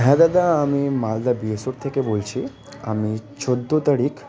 হ্যাঁ দাদা আমি মালদা বিএসওর থেকে বলছি আমি চোদ্দো তারিখ